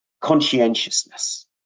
conscientiousness